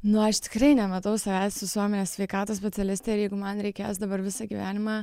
nu aš tikrai nematau savęs visuomenės sveikatos specialiste ir jeigu man reikės dabar visą gyvenimą